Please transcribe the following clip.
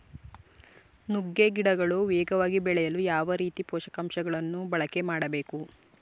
ನುಗ್ಗೆ ಗಿಡಗಳು ವೇಗವಾಗಿ ಬೆಳೆಯಲು ಯಾವ ರೀತಿಯ ಪೋಷಕಾಂಶಗಳನ್ನು ಬಳಕೆ ಮಾಡಬೇಕು?